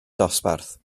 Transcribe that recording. dosbarth